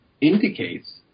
indicates